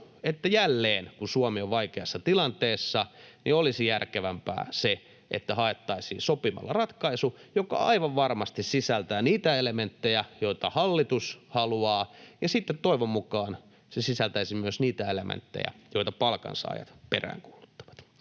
että jälleen, kun Suomi on vaikeassa tilanteessa, olisi järkevämpää se, että haettaisiin sopimalla ratkaisu, joka aivan varmasti sisältää niitä elementtejä, joita hallitus haluaa, ja sitten toivon mukaan se sisältäisi myös niitä elementtejä, joita palkansaajat peräänkuuluttavat.